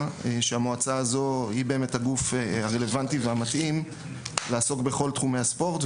שהמועצה הזו היא באמת הגוף הרלוונטי והמתאים לעסוק בכל תחומי הספורט,